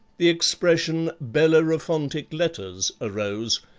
the expression bellerophontic letters arose,